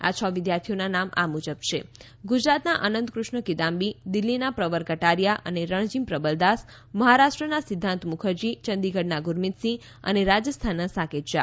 આ છ વિદ્યાર્થીઓના નામ આ મુજબ છે ગુજરાતના અનંત કૃષ્ણ કિદામ્બી દિલ્હીના પ્રર્વર કટારીયા અને રણજીમ પ્રબલદાસ મહારાષ્ટ્રના સિધ્ધાન્ત મુખરજી ચંદીગઢના ગુરમિતસિંહ અને રાજસ્થાનના સાકેત ઝા